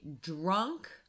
drunk